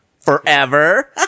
Forever